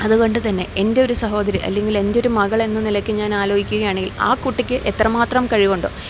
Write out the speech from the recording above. അതുകൊണ്ട് തന്നെ എൻറ്റൊരു സഹോദരി അല്ലെങ്കിലെൻറ്റൊരു മകളെന്ന നിലയ്ക് ഞാൻ ആലോചിക്കുവാണേൽ ആ കുട്ടിക്ക് എത്ര മാത്രം കഴിവുണ്ടോ